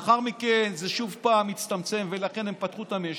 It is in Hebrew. לאחר מכן זה שוב פעם הצטמצם ולכן הן פתחו את המשק,